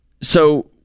So-